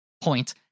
point